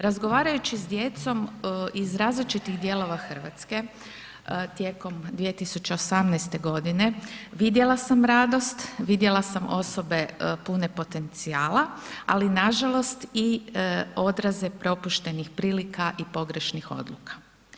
Razgovarajući s djecom iz različitih dijelova Hrvatske, tijekom 2018. g., vidjela sam radost, vidjela sam osobe pune potencijala ali nažalost i odraze propuštenih prilika i pogrešnih odluka.